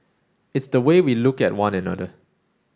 it's the way we look at one another